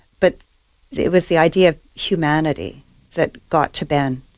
but it was the idea of humanity that got to ben,